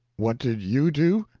what did you do?